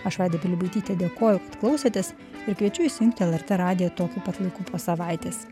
aš vaida pilibaitytė dėkoju klausotės ir kviečiu įsijungti lrt radiją tokiu pat laiku po savaitės